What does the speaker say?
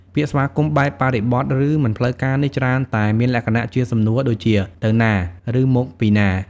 ពាក្យស្វាគមន៍បែបបរិបទឬមិនផ្លូវការនេះច្រើនតែមានលក្ខណៈជាសំណួរដូចជា “ទៅណា?” ឬ “មកពីណា?”។